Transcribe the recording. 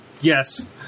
yes